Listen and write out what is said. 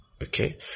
Okay